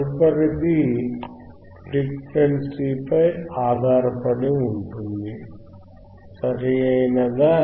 తదుపరిది ఫ్రీక్వెన్సీపై ఆధారపడి ఉంటుంది సరియైనదా